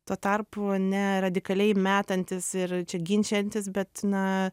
tuo tarpu ne radikaliai metantis ir ginčijantis bet na